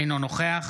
אינו נוכח